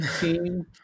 team